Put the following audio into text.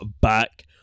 back